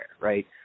right